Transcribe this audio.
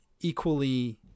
equally